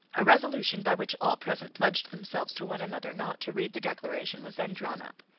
a resolution by which all present pledged themselves to one another not to read the declaration was then drawn up.